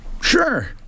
Sure